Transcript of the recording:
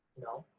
know,